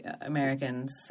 Americans